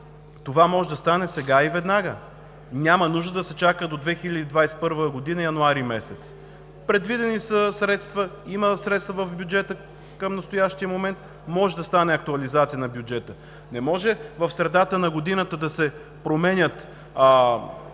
Това може да стане сега и веднага, няма нужда да се чака до месец януари 2021 г. Предвидени са средства, има средства в бюджета към настоящия момент, може да стане актуализация на бюджета. Не може в средата на годината да се променят данъчни